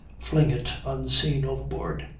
fling it unseen overboard.